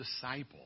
disciple